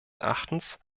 erachtens